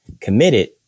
committed